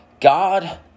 God